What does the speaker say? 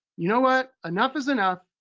you know what, enough is enough,